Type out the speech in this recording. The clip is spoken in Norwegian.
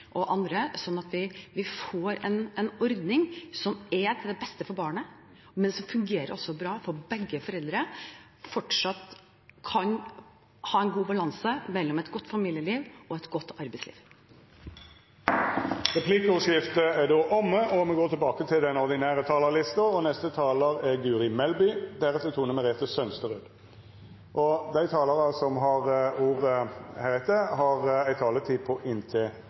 andre, slik at vi får en ordning som er til beste for barna, men som også fungerer bra for begge foreldrene, slik at man fortsatt kan ha en god balanse mellom et godt familieliv og et godt arbeidsliv. Replikkordskiftet er omme. Dei talarane som heretter får ordet, har ei taletid på inntil 3 minutt. Helt siden begynnelsen av 1990-tallet, da vi først fikk begrepet «fedrekvote» og pappaer som hadde rett på